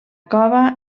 cova